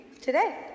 today